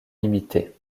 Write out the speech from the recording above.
limité